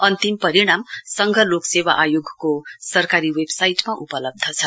अन्तिम परिणाम संघ लोक सेवा आयोगको सरकारी बेभसाईटमा उपलब्ध छ